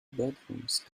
bedrooms